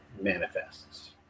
manifests